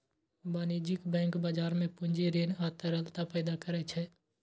वाणिज्यिक बैंक बाजार मे पूंजी, ऋण आ तरलता पैदा करै छै